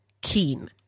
keen